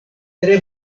tre